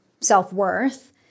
self-worth